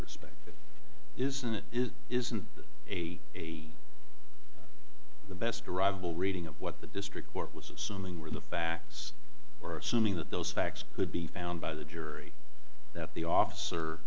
perspective isn't it is isn't a a the best arrival reading of what the district court was assuming were the facts or assuming that those facts could be found by the jury that the officer